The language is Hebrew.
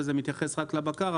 וזה מתייחס רק לבקר,